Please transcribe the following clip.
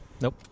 Nope